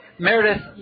Meredith